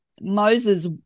Moses